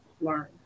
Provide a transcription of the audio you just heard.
learn